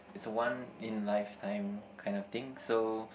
it's a one in lifetime kind of thing so